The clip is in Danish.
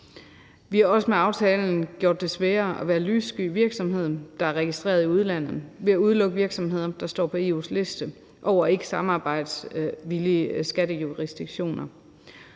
Vi har også med aftalen gjort det sværere at være en lyssky virksomhed, der er registreret i udlandet, ved at udelukke virksomheder, der står på EU's liste over ikkesamarbejdsvillige skattejurisdiktioner.